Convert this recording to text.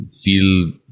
feel